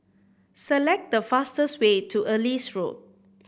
select the fastest way to Ellis Road